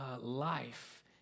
life